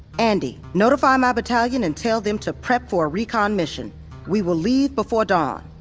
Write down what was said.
andi notify my battalion and tell them to prep for a recon mission we will leave before dawn.